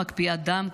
מקפיאת דם,